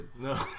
No